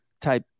type